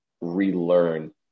relearn